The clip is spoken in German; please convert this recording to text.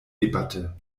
debatte